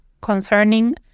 concerning